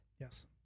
yes